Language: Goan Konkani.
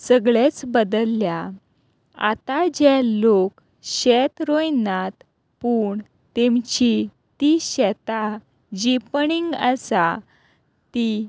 सगळेच बदल्ल्या आतां जे लोक शेत रोयनात पूण तेमची ती शेतां जी पडींग आसा ती